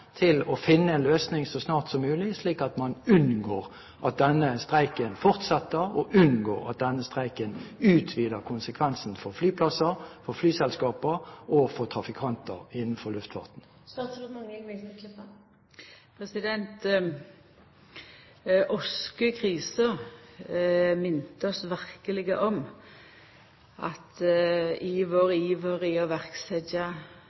for å finne en løsning så snart som mulig, slik at man unngår at denne streiken fortsetter, og unngår at den utvider konsekvensene for flyplasser, flyselskap og trafikanter innenfor luftfarten? Oskekrisa minte oss verkeleg på, i vår iver etter å setja i verk ulike tiltak, òg på samferdslesektoren, at